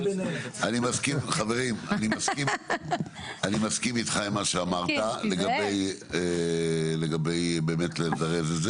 חברים, אני מסכים איתך עם מה שאמרת לגבי באמת לזה.